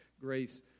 grace